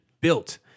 built